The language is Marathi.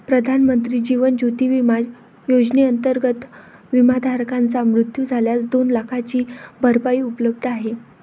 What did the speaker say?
प्रधानमंत्री जीवन ज्योती विमा योजनेअंतर्गत, विमाधारकाचा मृत्यू झाल्यास दोन लाखांची भरपाई उपलब्ध आहे